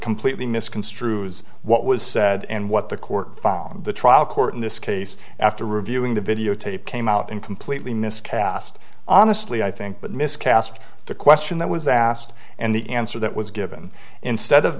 completely misconstrues what was said and what the court found the trial court in this case after reviewing the videotape came out and completely miscast honestly i think but miscast the question that was asked and the answer that was given instead of